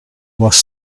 was